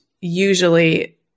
usually